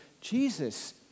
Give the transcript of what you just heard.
Jesus